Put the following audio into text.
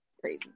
Crazy